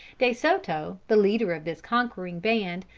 de soto, the leader of this conquering band,